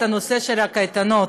את הנושא של הקייטנות.